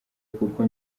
kuko